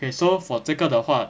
okay so for 这个的话